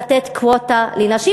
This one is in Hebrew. לתת קווטה לנשים,